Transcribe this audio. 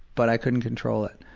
but i couldn't control it.